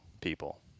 people